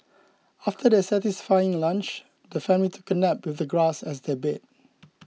after their satisfying lunch the family took a nap with the grass as their bed